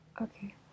Okay